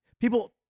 People